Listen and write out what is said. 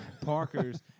Parker's